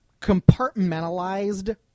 compartmentalized